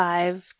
Five